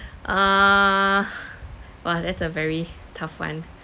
uh !wah! that's a very tough one